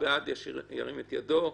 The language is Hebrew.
ירים את ידו?